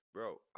Bro